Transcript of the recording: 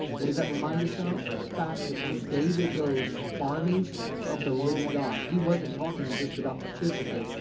what does that remind us of? the fact that when david goes, armies of the living god. he wasn't talking just about the physical.